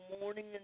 morning